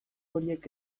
horiek